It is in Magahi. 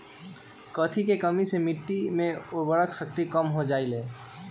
कथी के कमी से मिट्टी के उर्वरक शक्ति कम हो जावेलाई?